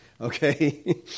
Okay